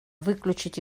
выключить